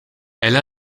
elle